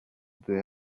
there